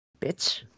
Bitch